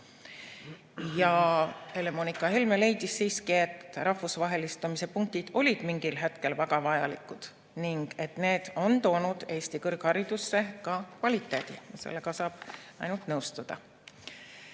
Helle-Moonika Helme leidis siiski, et rahvusvahelistumise punktid olid mingil hetkel väga vajalikud ning need on toonud Eesti kõrgharidusse ka kvaliteeti. Sellega saab ainult nõustuda.